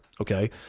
Okay